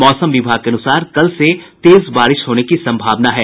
मौसम विभाग के अनुसार कल से तेज बारिश होने की संभावना है